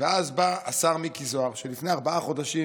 ואז בא השר מיקי זוהר, שלפני ארבעה חודשים